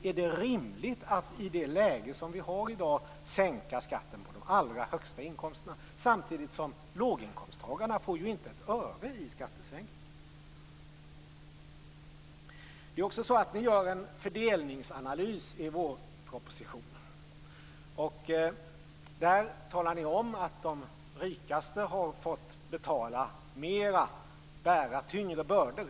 Är det rimligt att i det läge som vi har i dag sänka skatten på de allra högsta inkomsterna samtidigt som låginkomsttagarna inte får ett öre i skattesänkning? Ni gör en fördelningsanalys i vårpropositionen. Där talar ni om att de rikaste har fått betala mer och bära tyngre bördor.